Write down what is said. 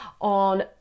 On